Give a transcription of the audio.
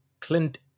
Clint